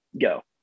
go